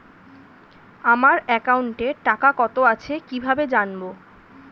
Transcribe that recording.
আমার একাউন্টে টাকা কত আছে কি ভাবে জানবো?